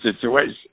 situation